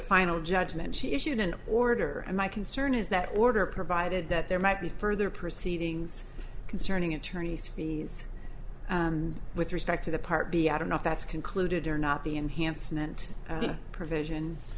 final judgment she issued an order and my concern is that order provided that there might be further proceedings concerning attorneys fees with respect to the part b i don't know if that's concluded or not the enhancement provision